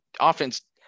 offense